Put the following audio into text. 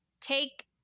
take